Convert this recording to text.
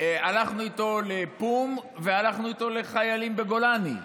הלכנו איתו לפו"מ, והלכנו איתו לחיילים בגולני,